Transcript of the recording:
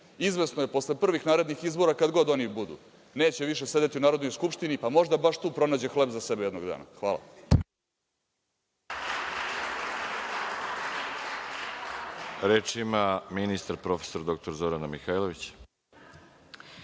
Izvesno je posle prvih narednih izbora, kad god oni budu, neće više sedeti u Narodnoj skupštini, pa možda baš tu pronađe hleb za sebe jednog dana. Hvala. **Veroljub Arsić** Reč ima ministar, prof. dr Zorana Mihajlović.